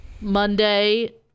Monday